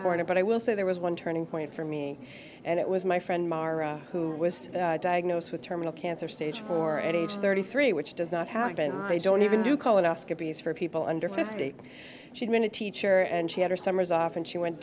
corner but i will say there was one turning point for me and it was my friend mara who was diagnosed with terminal cancer stage four at age thirty three which does not happen they don't even do colonoscopies for people under fifty she'd been a teacher and she had her summers off and she went